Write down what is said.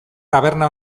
taberna